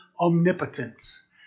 omnipotence